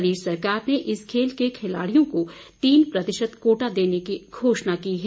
प्रदेश सरकार ने इस खेल के खिलाड़ियों को तीन प्रतिशत कोटा देने की घोषणा की है